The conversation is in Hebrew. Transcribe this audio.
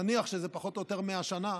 נניח שזה פחות או יותר 100 שנים,